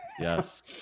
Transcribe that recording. yes